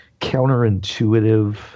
counterintuitive